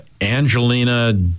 Angelina